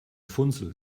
funzel